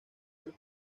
del